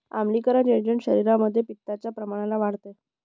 आम्लीकरण एजंट शरीरामध्ये पित्ताच्या प्रमाणाला वाढवते